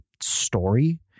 story